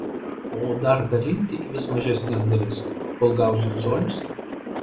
o dar dalinti į vis mažesnes dalis kol gausiu colius